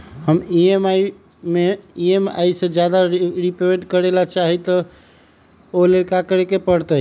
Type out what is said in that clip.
हम ई महिना में ई.एम.आई से ज्यादा रीपेमेंट करे के चाहईले ओ लेल की करे के परतई?